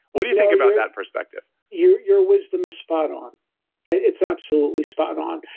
what do you think about that perspective? your your wisdom is spot-on, and it's absolutely spot-on.